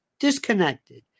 disconnected